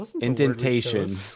indentation